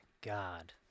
God